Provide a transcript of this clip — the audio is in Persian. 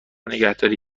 نگهداری